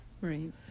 Right